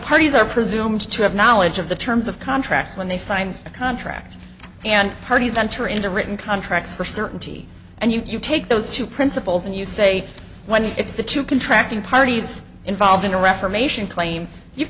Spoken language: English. parties are presumed to have knowledge of the terms of contracts when they sign a contract and parties enter into written contracts for certainty and you take those two principles and you say when it's the two contract the parties involved in a reformation claim you've